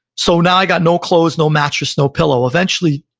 so now i got no clothes, no mattress, no pillow. eventually,